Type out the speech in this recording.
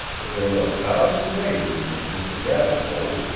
that there were a thousand ways in which mr. gathergold,